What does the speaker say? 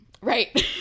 Right